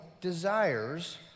desires